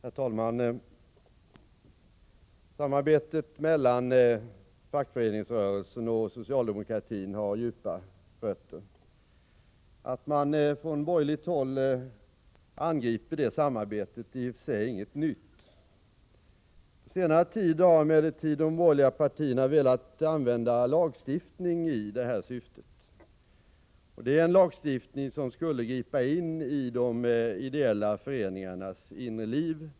Herr talman! Samarbetet mellan fackföreningsrörelsen och socialdemokratin har djupa rötter. Att man från borgerligt håll angriper detta samarbete är i och för sig inget nytt. På senare tid har emellertid de borgerliga partierna velat använda lagstiftning i detta syfte. Det är en lagstiftning som skulle gripa in i de ideella föreningarnas inre liv.